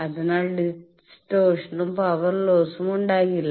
അതിനാൽ ഡിസ്റ്റോർഷനും പവർ ലോസ്സും ഉണ്ടാകില്ല